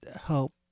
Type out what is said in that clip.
help